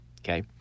Okay